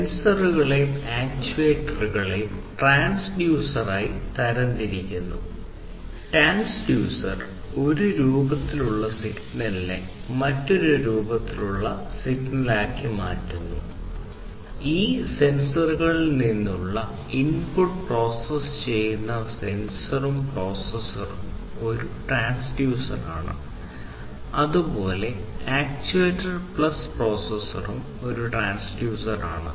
സെൻസറുകളെയും ആക്യുവേറ്ററുകളെയും ട്രാൻസ്ഡ്യൂസറുകളായി ഒരു ട്രാൻസ്ഡ്യൂസർ ആണ്